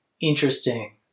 interesting